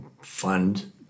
fund